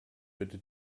bitte